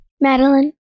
Madeline